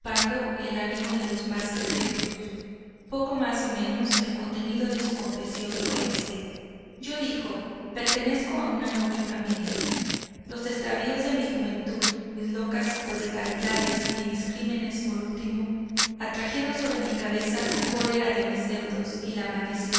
el ánimo de los más incrédulos poco más o menos el contenido de su confesión fue éste yo dijo pertenezco a una noble familia los extravíos de mi juventud mis locas prodigalidades y mis crímenes por último atrajeron sobre mi cabeza la cólera de mis deudos y la maldición